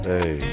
Hey